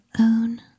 own